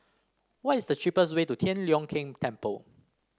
what is the cheapest way to Tian Leong Keng Temple